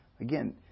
Again